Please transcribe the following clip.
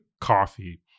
coffee